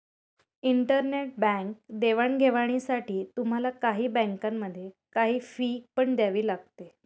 internet bank देवाणघेवाणीसाठी तुम्हाला काही बँकांमध्ये, काही फी पण द्यावी लागते